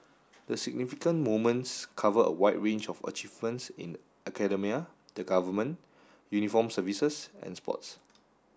the significant moments cover a wide range of achievements in academia the government uniformed services and sports